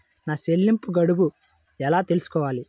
నా చెల్లింపు గడువు ఎలా తెలుసుకోవాలి?